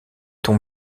ton